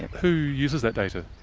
who uses that data?